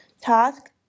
task